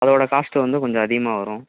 அதோட காஸ்ட்டு வந்து கொஞ்சம் அதிகமாக வரும்